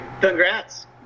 Congrats